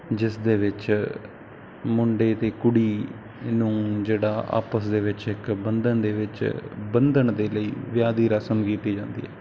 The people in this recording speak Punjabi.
ਜਿਸ ਦੇ ਵਿੱਚ ਮੁੰਡੇ ਅਤੇ ਕੁੜੀ ਨੂੰ ਜਿਹੜਾ ਆਪਸ ਦੇ ਵਿੱਚ ਇੱਕ ਬੰਧਨ ਦੇ ਵਿੱਚ ਬੰਧਨ ਦੇ ਲਈ ਵਿਆਹ ਦੀ ਰਸਮ ਕੀਤੀ ਜਾਂਦੀ ਹੈ